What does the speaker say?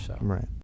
Right